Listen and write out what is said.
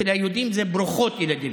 אצל היהודים זה ברוכות ילדים.